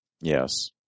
Yes